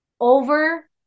over